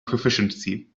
proficiency